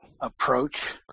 approach